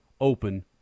open